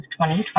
2020